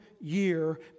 year